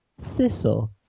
Thistle